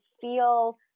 feel